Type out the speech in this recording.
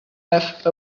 have